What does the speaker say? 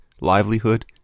livelihood